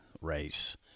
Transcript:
race